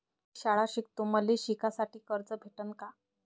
मी शाळा शिकतो, मले शिकासाठी कर्ज भेटन का?